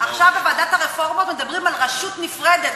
עכשיו בוועדת הרפורמות מדברים על רשות נפרדת,